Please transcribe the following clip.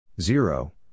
Zero